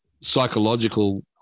psychological